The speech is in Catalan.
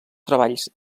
treballs